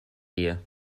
dear